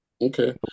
Okay